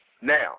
now